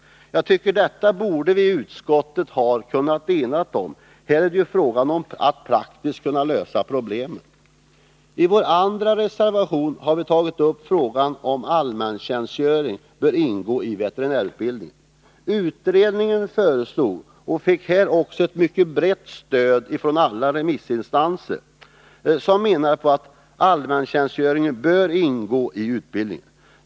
Detta borde vi ha kunnat enas om i utskottet. Här är det ju fråga om att praktiskt lösa problemen. I vår reservation 3 har vi tagit upp frågan om huruvida allmäntjänstgöring bör ingå i veterinärutbildningen. Utredningen föreslog, och fick här också ett mycket brett stöd från alla remissinstanser, att allmäntjänstgöringen skall ingå i utbildningen.